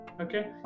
Okay